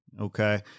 Okay